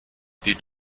die